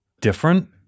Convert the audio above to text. different